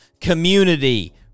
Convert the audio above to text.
Community